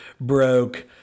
broke